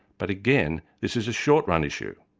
but again, this is a short-run issue.